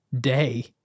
day